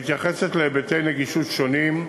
ציבורית ומתייחסת להיבטי נגישות שונים: